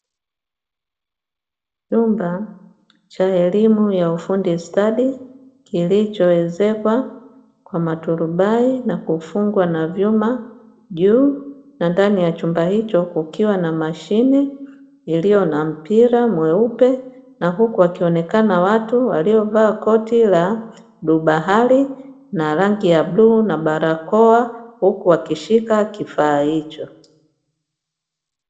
Chumba cha elimu ya ufundi stadi kilichoezekwa kwa maturubai na kufungwa na vyuma juu, na ndani ya chumba hicho kukiwa na mashine iliyo na mpira mweupe, huku wakionekana watu waliovaa koti la bluu bahari na rangi ya bluu na barakoa akishika kifaa hicho.